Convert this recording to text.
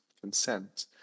consent